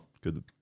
good